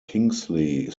kingsley